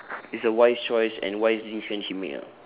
it's a wise choice and wise decision he make ah